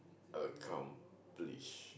accomplish